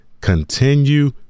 continue